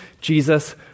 Jesus